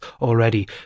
already